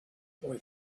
boy